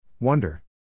Wonder